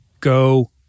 go